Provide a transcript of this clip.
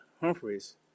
Humphreys